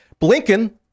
Blinken